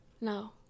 No